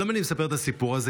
למה אני מספר את הסיפור הזה?